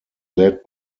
led